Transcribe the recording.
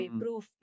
proof